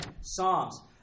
Psalms